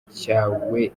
cyawe